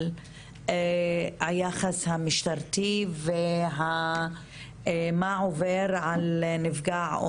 היחס המשטרתי ועל מה עובר על נפגע או